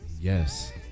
Yes